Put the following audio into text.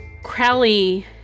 Crowley